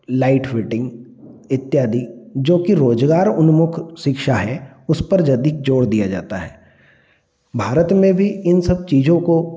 light fitting इत्यादि जो कि रोज़गार उन्मुख शिक्षा है उस पर अधिक जोर दिया जाता है भारत में भी इन सब चीज़ों को